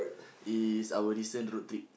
is our recent road trip